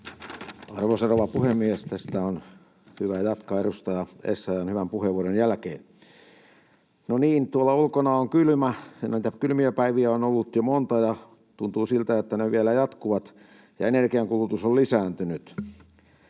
Arvoisa rouva puhemies! Tästä on hyvä jatkaa edustaja Essayah’n hyvän puheenvuoron jälkeen. No niin, tuolla ulkona on kylmä, ja noita kylmiä päiviä on ollut jo monta, ja tuntuu siltä, että ne vielä jatkuvat, ja energiankulutus on lisääntynyt.